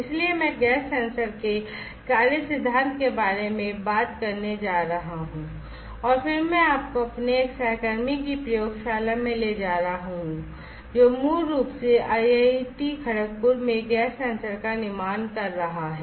इसलिए मैं gas sensor के कार्य सिद्धांत के बारे में बात करने जा रहा हूं और फिर मैं आपको अपने एक सहकर्मी की प्रयोगशाला में ले जा रहा हूं जो मूल रूप से IIT Kharagpur में गैस सेंसर का निर्माण कर रहा है